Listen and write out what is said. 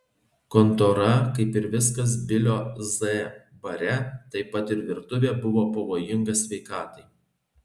kontora kaip ir viskas bilio z bare taip pat ir virtuvė buvo pavojinga sveikatai